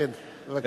תודה רבה.